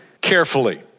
carefully